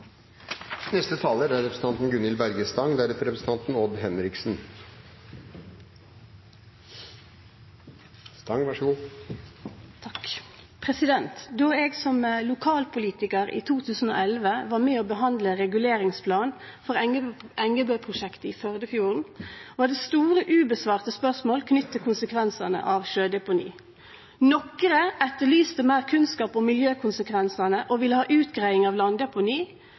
Då eg som lokalpolitikar i 2011 var med og behandla reguleringsplanen for Engebø-prosjektet i Førdefjorden, var det store ubesvarte spørsmål knytte til konsekvensane av sjødeponi. Nokre etterlyste meir kunnskap om miljøkonsekvensane og ville ha utgreiing av